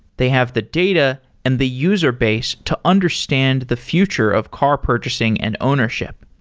they have the data and the user base to understand the future of car purchasing and ownership.